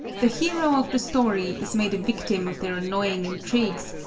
the hero of the story is made a victim of their annoying intrigues,